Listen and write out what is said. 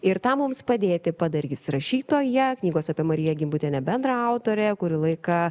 ir tą mums padėti padarys rašytoja knygos apie mariją gimbutienę bendraautorė kuri laiką